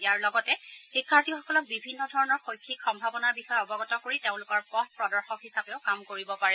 ইয়াৰ লগতে শিক্ষাৰ্থীসকলক বিভিন্ন ধৰণৰ শৈক্ষিক সম্ভাৱনাৰ বিষয়ে অৱগত কৰি তেওঁলোকৰ পথ প্ৰদৰ্শক হিচাপেও কাম কৰিব পাৰে